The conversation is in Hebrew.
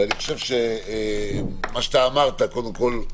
ואני חושב שמה שאמרת, קודם כול,